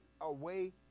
away